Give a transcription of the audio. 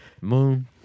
Moon